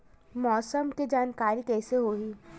मौसम के जानकारी कइसे होही?